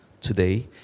Today